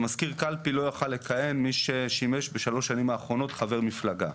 שמזכיר קלפי לא יוכל לכהן מי ששימש בשלוש השנים האחרונות חבר מפלגה.